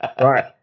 Right